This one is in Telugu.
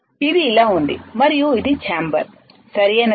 ఇది ఇలా ఉంది మరియు ఇది ఛాంబర్ సరియైనదేనా